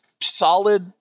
solid